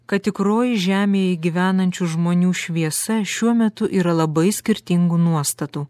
kad tikroji žemėje gyvenančių žmonių šviesa šiuo metu yra labai skirtingų nuostatų